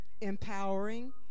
empowering